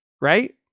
right